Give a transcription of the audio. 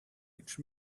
each